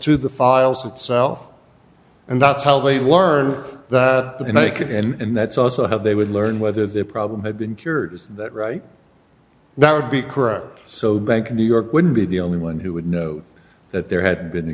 to the files itself and that's how they learn that and i could and that's also how they would learn whether the problem had been cured is that right that would be correct so the bank in new york would be the only one who would know that there had been